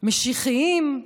משיחיים.